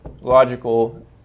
logical